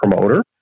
promoter